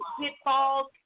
pitfalls